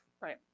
Right